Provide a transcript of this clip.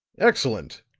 excellent,